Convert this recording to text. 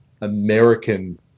American